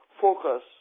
focus